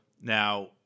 Now